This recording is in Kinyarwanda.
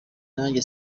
nanjye